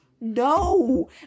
no